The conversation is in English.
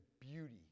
beauty